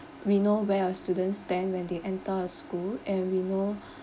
we know where a student stand when they enter a school and we know